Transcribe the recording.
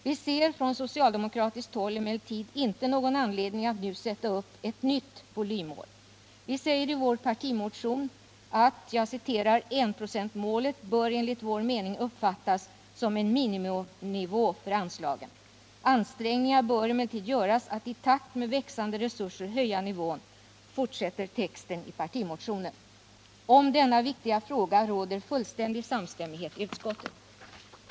Vi ser från socialdemokratiskt håll emellertid inte någon anledning att nu sätta upp något nytt volymmål. Vi säger i vår partimotion: ”Enprocentsmålet bör enligt vår mening uppfattas som en miniminivå för anslagen. -—-—- Ansträngningar bör emellertid göras att i takt med växande resurser öka nivån.” Om denna viktiga fråga råder fullständig samstämmighet i utskottet.